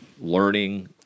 learning